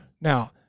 Now